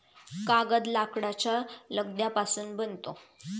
कागद लाकडाच्या लगद्यापासून बनतो